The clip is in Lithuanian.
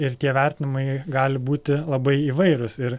ir tie vertinimai gali būti labai įvairūs ir